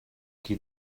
qui